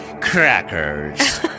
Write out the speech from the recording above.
crackers